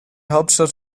hauptstadt